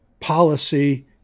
policy